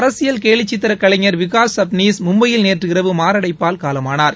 பிரபல அரசியல் கேலிச்சித்திர கலைஞர் விகாஷ் சுப்னீஸ் மும்பையில் நேற்று இரவு மாரடைப்பால் காலமானார்